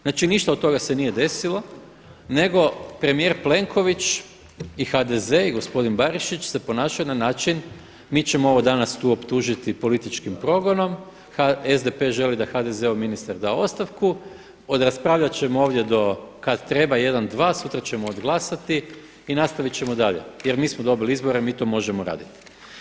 Znači ništa od toga se nije desilo nego premijer Plenković i HDZ i gospodin Barišić se ponašaju na način, mi ćemo ovo danas optužiti političkim progonom, SDP želi da HDZ-ov ministar da ostavku, odraspravljati ćemo do kada treba, 1, 1, sutra ćemo odglasati i nastaviti ćemo dalje jer mi smo dobili izbore, mi to možemo raditi.